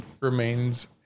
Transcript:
remains